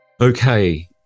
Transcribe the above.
Okay